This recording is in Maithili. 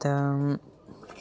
तऽ